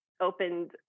opened